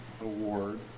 award